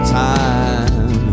time